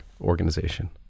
organization